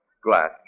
Glass